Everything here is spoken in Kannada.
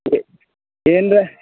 ಇದೆ ಏನರ